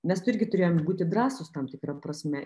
mes tu irgi turėjom būti drąsūs tam tikra prasme